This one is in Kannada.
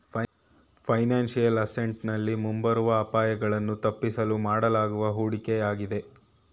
ಫೈನಾನ್ಸಿಯಲ್ ಅಸೆಂಟ್ ನಲ್ಲಿ ಮುಂಬರುವ ಅಪಾಯಗಳನ್ನು ತಪ್ಪಿಸಲು ಮಾಡಲಾಗುವ ಹೂಡಿಕೆಯಾಗಿದೆ